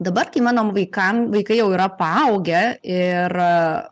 dabar kai mano vaikam vaikai jau yra paaugę ir